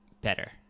better